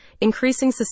increasing